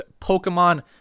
Pokemon